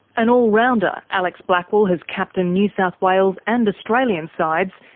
an all-rounder, alex blackwell has captained new south wales and australian sides,